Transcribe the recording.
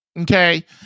Okay